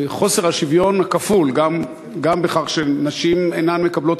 מחוסר שוויון כפול: גם בכך שנשים אינן מקבלות